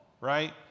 right